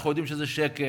אנחנו יודעים שזה שקר.